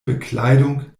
bekleidung